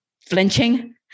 flinching